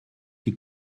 die